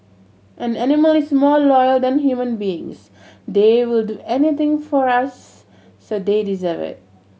an animal is more loyal than human beings they will do anything for us so they deserve it